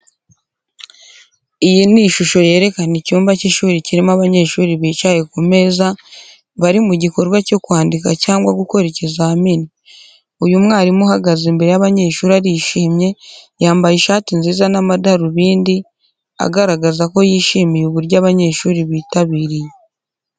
Iyi ni ishusho yerekana icyumba cy’ishuri kirimo abanyeshuri bicaye ku meza, bari mu gikorwa cyo kwandika cyangwa gukora ikizamini. Uyu mwarimu uhagaze imbere y'abanyeshuri arishimye, yambaye ishati nziza n’amadarubindi, agaragaza ko yishimiye uburyo abanyeshuri bitabiriye.